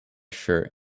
shirt